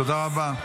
תודה רבה.